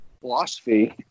philosophy